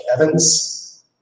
Evans